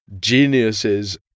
geniuses